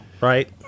right